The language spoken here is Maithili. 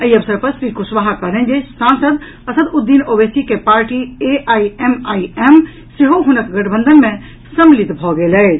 एहि अवसर पर श्री कुशवाहा कहलनि जे सांसद असदुद्दीन ओवैसी के पार्टी एआईएमआईएम सेहो हुनक गठबंधन मे सम्मिलित भऽ गेल अछि